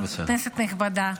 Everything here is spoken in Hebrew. כנסת נכבדה,